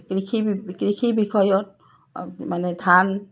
কৃষি কৃষি বিষয়ত অঁ মানে ধান